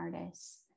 artists